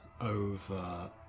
over